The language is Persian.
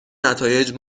نتایج